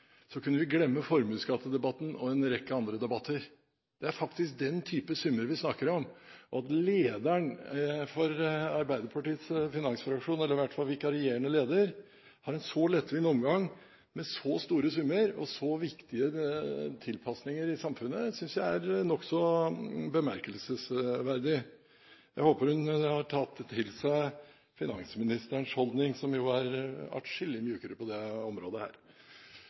kunne vi glemme formuesskattedebatten og en rekke andre debatter. Det er faktisk den type summer vi snakker om. At lederen for Arbeiderpartiets finansfraksjon – eller i hvert fall vikarierende leder – har en så lettvint omgang med så store summer og så viktige tilpasninger i samfunnet, synes jeg er nokså bemerkelsesverdig. Jeg håper hun har tatt til seg finansministerens holdning, som er atskillig mykere på dette området. Det andre er at jeg synes representanten Marthinsen får det